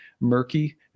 murky